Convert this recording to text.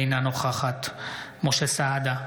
אינה נוכחת משה סעדה,